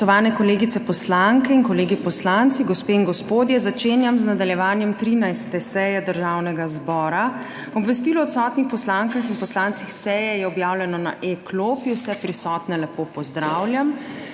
Spoštovane kolegice poslanke in kolegi poslanci, gospe in gospodje! Začenjam z nadaljevanjem 13. seje Državnega zbora. Obvestilo o odsotnih poslankah in poslancih seje je objavljeno na e-klopi. Vse prisotne lepo pozdravljam!